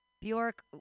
Bjork